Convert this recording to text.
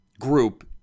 group